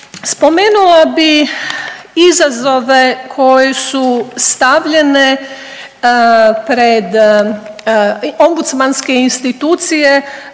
Spomenula bih izazove koje su stavljene pred ombudsmanske institucije